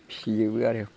फिजोबो आरो